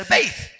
Faith